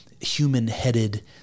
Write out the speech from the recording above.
human-headed